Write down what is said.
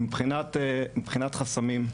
מבחינת חסמים,